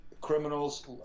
criminals